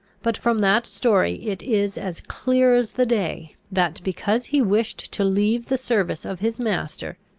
but from that story it is as clear as the day, that, because he wished to leave the service of his master,